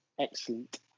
Excellent